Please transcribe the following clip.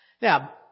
Now